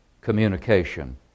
communication